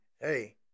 hey